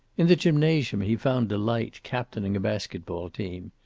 in the gymnasium he found delight, captaining a basket-ball team.